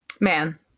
Man